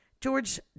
George